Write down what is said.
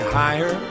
higher